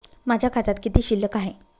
माझ्या खात्यात किती शिल्लक आहे?